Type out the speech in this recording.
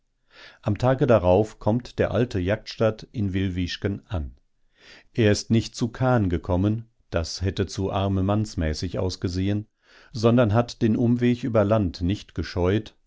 am tage darauf kommt der alte jaksztat in wilwischken an er ist nicht zu kahn gekommen das hätte zu armemannsmäßig ausgesehen sondern hat den umweg über land nicht gescheut